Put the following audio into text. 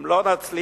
אם לא נצליח,